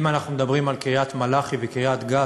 אם אנחנו מדברים על קריית-מלאכי וקריית-גת,